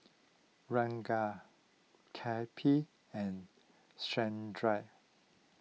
Ranga Kapil and Chandra